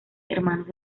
hermanos